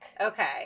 Okay